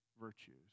virtues